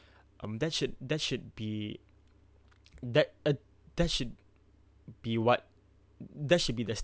um that should that should be that uh that should be what that should be the